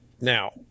Now